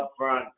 upfront